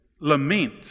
lament